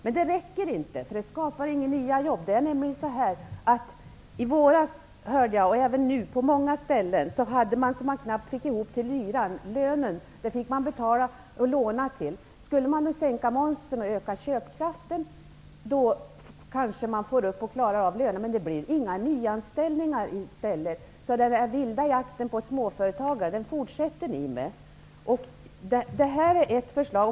Men det räcker inte, eftersom det inte skapar några nya jobb. I våras hörde jag att man på många ställen knappt fick ihop till hyran, och det gäller även nu. Lönen fick man betala genom att låna. Skulle momsen sänkas och köpkraften öka kanske man klarar av lönerna, men det blir inga nyanställningar. Den vilda jakten på småföretagare fortsätter ni med. Detta är ett förslag.